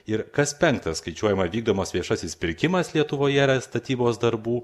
ir kas penktas skaičiuojama vykdomas viešasis pirkimas lietuvoje yra statybos darbų